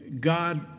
God